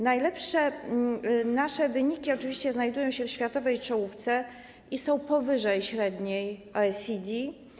Najlepsze nasze wyniki oczywiście znajdują się w światowej czołówce i są powyżej średniej w OECD.